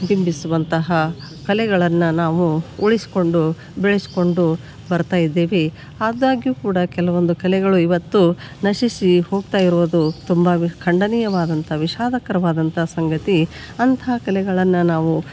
ಬಿಂಬಿಸುವಂತಹ ಕಲೆಗಳನ್ನು ನಾವು ಉಳಿಸ್ಕೊಂಡು ಬೆಳೆಸ್ಕೊಂಡು ಬರ್ತಾ ಇದ್ದೇವೆ ಅದಾಗ್ಯು ಕೂಡ ಕೆಲವೊಂದು ಕಲೆಗಳು ಇವತ್ತು ನಶಿಸಿ ಹೋಗ್ತಾ ಇರುವುದು ತುಂಬ ವಿಖಂಡನೀಯವಾದಂಥ ವಿಶಾದಕರವಾದಂಥ ಸಂಗತಿ ಅಂತ ಕಲೆಗಳನ್ನು ನಾವು